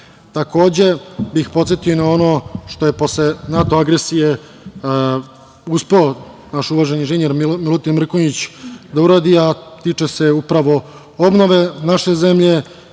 bih podsetio na ono što je posle NATO agresije uspeo naš uvaženi inženjer Milutin Mrkonjić da uradi, a tiče se upravo obnove naše zemlje